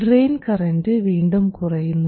drain current വീണ്ടും കുറയുന്നു